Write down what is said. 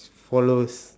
followers